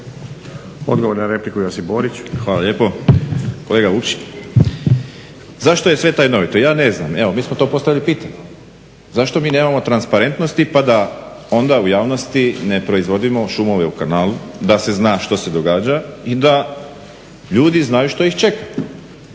Borić. **Borić, Josip (HDZ)** Hvala lijepo. Kolega Vukšić, zašto je sve tajnovito? Ja ne znam, evo mi smo to postavili pitanje. Zašto mi nemamo transparentnosti pa da onda u javnosti ne proizvodimo šumove u kanalu, da se zna što se događa i da ljudi znaju što ih čeka.